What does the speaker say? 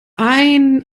ein